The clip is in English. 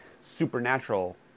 supernatural